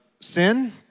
sin